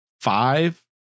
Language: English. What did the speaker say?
five